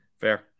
Fair